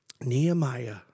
Nehemiah